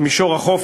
ובמישור החוף,